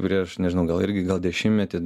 prieš nežinau gal irgi gal dešimtmetį